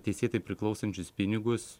teisėtai priklausančius pinigus